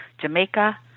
Jamaica